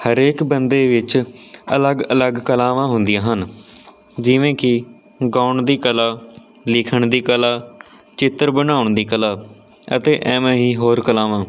ਹਰੇਕ ਬੰਦੇ ਵਿੱਚ ਅਲੱਗ ਅਲੱਗ ਕਲਾਵਾਂ ਹੁੰਦੀਆਂ ਹਨ ਜਿਵੇਂ ਕਿ ਗਾਉਣ ਦੀ ਕਲਾ ਲਿਖਣ ਦੀ ਕਲਾ ਚਿੱਤਰ ਬਣਾਉਣ ਦੀ ਕਲਾ ਅਤੇ ਇਵੇਂ ਹੀ ਹੋਰ ਕਲਾਵਾਂ